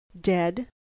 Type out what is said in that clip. dead